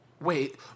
Wait